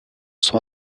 sont